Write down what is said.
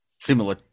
Similar